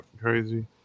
crazy